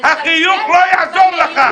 החיוך לא יעזור לך.